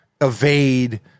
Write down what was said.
evade